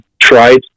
tried